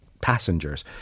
passengers